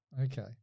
okay